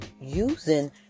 using